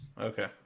Okay